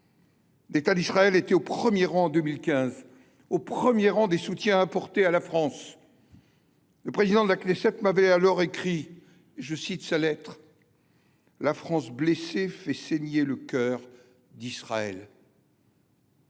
l’État d’Israël était au premier rang des soutiens apportés à la France. Le président de la Knesset m’avait alors écrit cette lettre :« La France blessée fait saigner le cœur d’Israël.